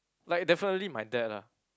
like definitely my dad lah